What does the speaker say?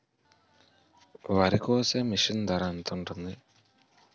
వరి కోసే మిషన్ ధర ఎంత ఉంటుంది?